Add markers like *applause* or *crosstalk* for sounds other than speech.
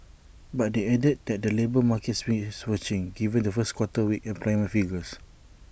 but they added that the labour markets bears watching given *noise* the first quarter's weak employment figures *noise*